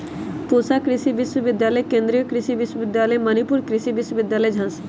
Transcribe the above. पूसा कृषि विश्वविद्यालय, केन्द्रीय कृषि विश्वविद्यालय मणिपुर, कृषि विश्वविद्यालय झांसी